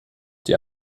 die